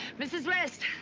mrs. west.